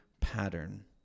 pattern